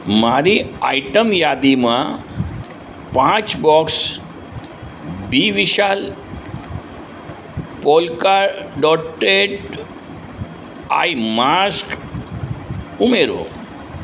મારી આઇટમ યાદીમાં પાંચ બોક્સ બી વિશાલ પોલ્કા ડોટેડ આઈ માસ્ક ઉમેરો